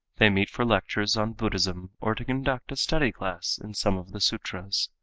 they meet for lectures on buddhism or to conduct a study class in some of the sutras.